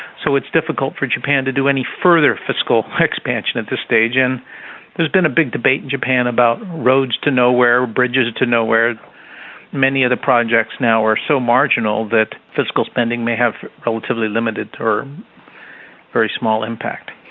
so it's difficult for japan to do any further fiscal expansion at this stage. and there's been a big debate in japan about roads to nowhere, bridges to nowhere many of the projects now are so marginal that fiscal spending may have relatively limited or very small impact.